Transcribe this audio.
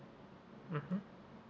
mmhmm